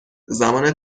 زمان